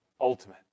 ultimate